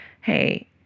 hey